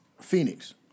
Phoenix